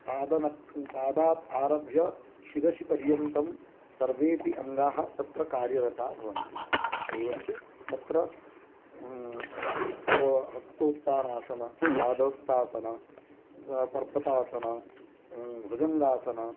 पादात् आरभ्य शिरसि पर्यन्तं सर्वेऽपि अङ्गाः तत्र कार्यरता भवन्ति एवं च तत्र हस्तो हस्तोत्थनासन पादोत्थनासन पर्वतासन भुजङ्गासन